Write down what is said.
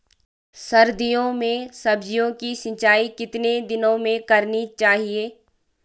सर्दियों में सब्जियों की सिंचाई कितने दिनों में करनी चाहिए?